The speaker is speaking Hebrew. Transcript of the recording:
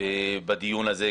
בדיון הזה,